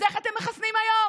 אז איך אתם מחסנים היום?